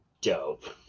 Dope